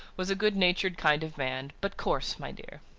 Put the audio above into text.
was a good-natured kind of man but coarse, my dear.